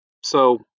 So-